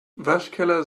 waschkeller